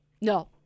No